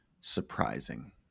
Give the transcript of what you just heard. surprising